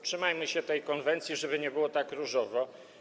Trzymajmy się tej konwencji, żeby nie było tak różowo.